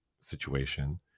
situation